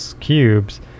cubes